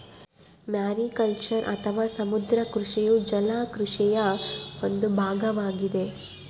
mariculture ಅಥವಾ ಸಮುದ್ರ ಕೃಷಿಯು ಜಲ ಕೃಷಿಯ ಒಂದು ಭಾಗವಾಗಿದೆ